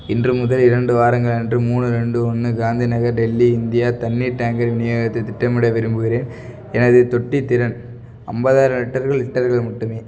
இன்று முதல் இரண்டு வாரங்கள் அன்று மூணு ரெண்டு ஒன்று காந்தி நகர் டெல்லி இந்தியா தண்ணீர் டேங்கர் விநியோகத்தைத் திட்டமிட விரும்புகிறேன் எனது தொட்டித்திறன் ஐம்பதாயரம் லிட்டர்கள் லிட்டர்கள் மட்டுமே